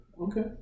okay